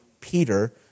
Peter